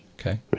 Okay